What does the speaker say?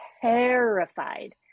terrified